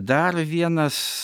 dar vienas